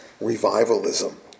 revivalism